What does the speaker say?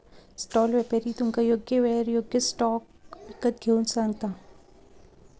stall व्यापारी तुमका योग्य येळेर योग्य स्टॉक विकत घेऊक सांगता